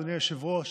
אדוני היושב-ראש,